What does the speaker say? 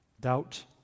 doubt